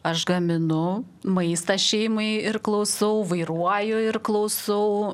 aš gaminu maistą šeimai ir klausau vairuoju ir klausau